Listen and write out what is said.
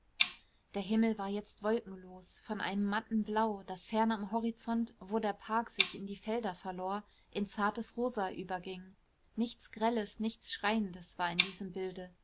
der himmel war jetzt wolkenlos von einem matten blau das fern am horizont wo der park sich in die felder verlor in zartes rosa überging nichts grelles nichts schreiendes war in diesem bilde